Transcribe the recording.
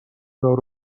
دار